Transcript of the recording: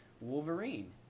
Wolverine